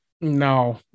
no